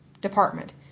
Department